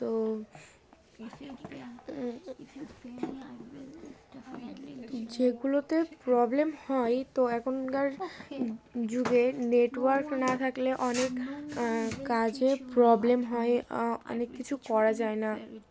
তো যেগুলোতে প্রবলেম হয় তো এখনকার যুগে নেটওয়ার্ক না থাকলে অনেক কাজে প্রবলেম হয় অনেক কিছু করা যায় না